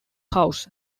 house